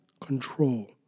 control